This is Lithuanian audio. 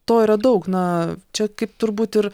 to yra daug na čia kaip turbūt ir